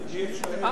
אני אשאר.